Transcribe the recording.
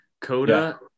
Coda